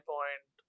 Point